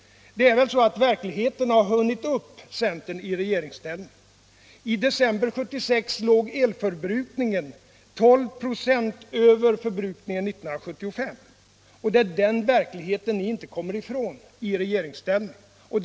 Det är väl så att verkligheten har hunnit upp centern när den kommit i regeringsställning. I december 1976 låg elförbrukningen 12 26 över förbrukningen 1975, och det är en verklighet som ni inte kommer ifrån i regeringsställning.